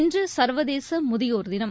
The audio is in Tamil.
இன்று சர்வதேச முதியோர் தினம்